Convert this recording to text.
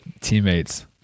teammates